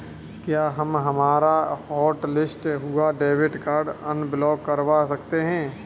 क्या हम हमारा हॉटलिस्ट हुआ डेबिट कार्ड अनब्लॉक करवा सकते हैं?